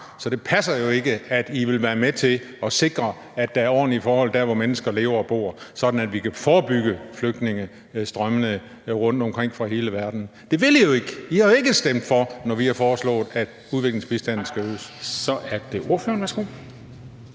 så det passer jo ikke, at I vil være med til at sikre, at der er ordentlige forhold der, hvor mennesker lever og bor, sådan at vi kan forebygge flygtningestrømmene fra rundtomkring i hele verden. Det vil I jo ikke. I har jo ikke stemt for, når vi har foreslået, at udviklingsbistanden skal øges. Kl. 16:48 Formanden (Henrik